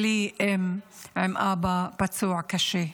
בלי אם ועם אבא פצוע קשה.